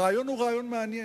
הרעיון הוא רעיון מעניין,